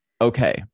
okay